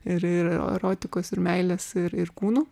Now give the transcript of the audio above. ir ir erotikos ir meilės ir ir kūnų